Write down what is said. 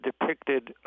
depicted